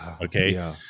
Okay